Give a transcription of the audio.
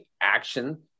action